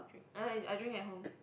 I like I drink at home